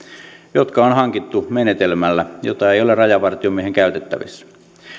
jotka on hankittu menetelmällä jota ei ole rajavartiomiehen käytettävissä